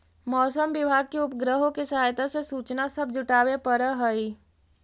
मौसम विभाग के उपग्रहों के सहायता से सूचना सब जुटाबे पड़ हई